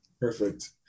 Perfect